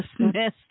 dismissed